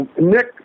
Nick